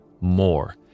more